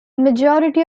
majority